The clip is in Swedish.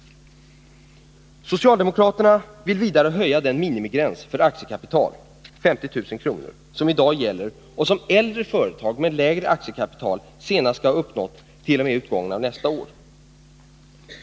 Socialdemokraterna vill också höja den minimigräns för aktiekapital, 50 000 kr., som i dag gäller och som äldre företag med lägre aktiekapital senast skall ha uppnått i och med utgången av nästa år.